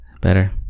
Better